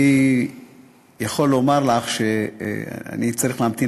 אני יכול לומר לך שאני צריך להמתין